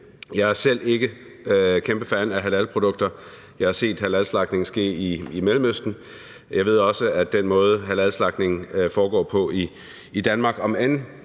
Jeg er selv ikke en kæmpe fan af halalprodukter. Jeg har set halalslagtning ske i Mellemøsten, og jeg ved også, at den måde, halalslagtning foregår på i Danmark, om end